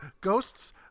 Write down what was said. ghosts